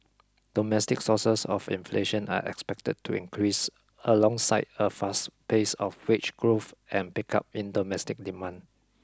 domestic sources of inflation are expected to increase alongside a faster pace of wage growth and pickup in domestic demand